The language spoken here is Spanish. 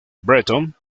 bretón